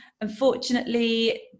Unfortunately